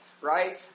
right